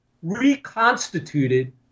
reconstituted